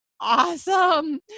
awesome